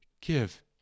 give